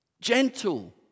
Gentle